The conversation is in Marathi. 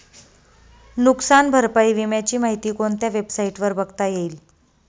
नुकसान भरपाई विम्याची माहिती कोणत्या वेबसाईटवर बघता येईल?